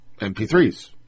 MP3s